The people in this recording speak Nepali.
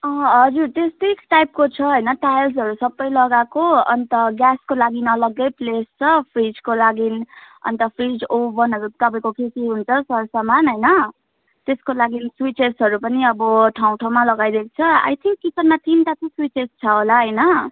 अँ हजुर त्यस्तै टाइपको छ होइन टाइल्सहरू सबै लगाएको अन्त ग्यासको लागि अलग्गै प्लेस छ फ्रिजको लागि अन्त फ्रिज ओभनहरू तपाईँको के के हुन्छ सरसामान होइन त्यसको लागि सुइचेसहरू पनि अब ठाउँ ठाउँमा लगाइदिएको आई थिङ्क किचनमा तिनटा चाहिँ सुइचेस छ होला होइन